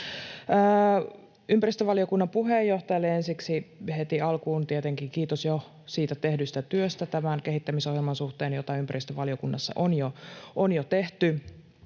Ympäristövaliokunnan puheenjohtajalle ensiksi heti alkuun tietenkin kiitos jo siitä tehdystä työstä tämän kehittämisohjelman suhteen, jota ympäristövaliokunnassa on jo tehty